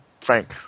Frank